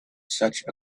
such